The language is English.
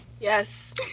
Yes